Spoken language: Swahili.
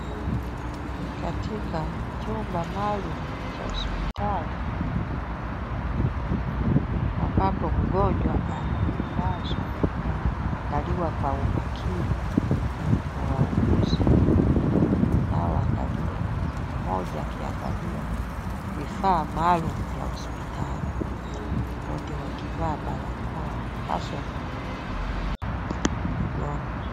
Ni katika chumba maalum cha hospitali, ambapo mgonjwa aliyelazwa, anaangaliwa kwa umakini na wauguzi wanao angalia mmoja akiangalia vifaa maalum vya hospitali wote wakivaa barakoa, kasoro mgonjwa.